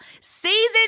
season